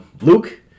Luke